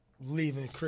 leaving